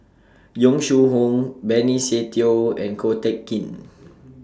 Yong Shu Hoong Benny Se Teo and Ko Teck Kin